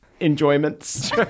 enjoyments